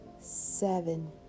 seven